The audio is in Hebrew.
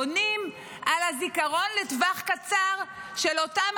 בונים על הזיכרון לטווח קצר של אותם